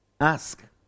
Ask